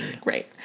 Great